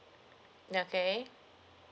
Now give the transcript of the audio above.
okay